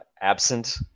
absent